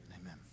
Amen